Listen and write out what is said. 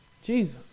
Jesus